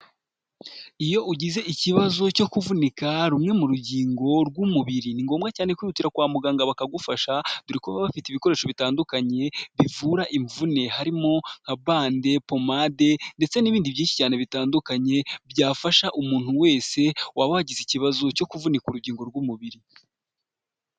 Iyo ugize ikibazo cyo kuvunika rumwe mu rugingo rw'umubiri, ni ngombwa cyane kwihutira kwa muganga bakagufasha, dore ko baba bafite ibikoresho bitandukanye bivura imvune, harimo nka bande, pomade, ndetse n'ibindi byinshi cyane bitandukanye, byafasha umuntu wese waba wagize ikibazo cyo kuvunika urugingo rw'umubiri.